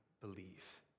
believe